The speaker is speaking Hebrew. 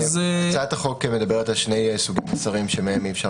הצעת החוק מדברת על שני סוגי מסרים שמהם לא ניתן